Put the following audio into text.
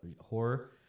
horror